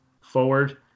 forward